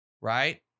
Right